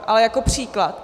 Ale jako příklad.